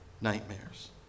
nightmares